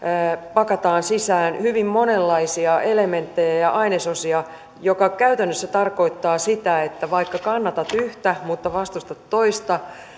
pakataan sisään hyvin monenlaisia elementtejä ja ainesosia mikä käytännössä tarkoittaa sitä että vaikka kannatat yhtä mutta vastustat toista